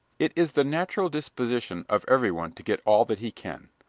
it is the natural disposition of everyone to get all that he can.